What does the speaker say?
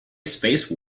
space